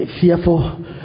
fearful